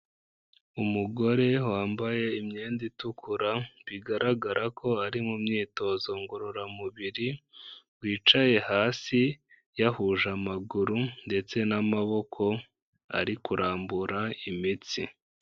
Umugore wambaye imyenda itukura, bigaragara ko ari mu myitozo ngororamubiri, wicaye hasi yahuje amaguru ndetse n'amaboko ari kurambura imitsi.